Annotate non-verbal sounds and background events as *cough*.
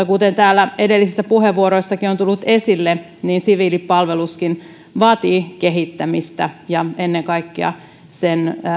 *unintelligible* kuten täällä edellisissä puheenvuoroissakin on tullut esille siviilipalveluskin vaatii kehittämistä ja ennen kaikkea sen